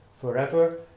forever